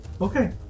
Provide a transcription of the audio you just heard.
Okay